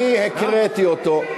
אני הקראתי אותו.